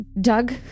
Doug